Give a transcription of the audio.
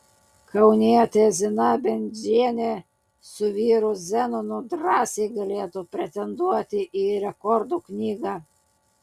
kaunietė zina bendžienė su vyru zenonu drąsiai galėtų pretenduoti į rekordų knygą